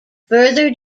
further